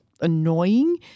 annoying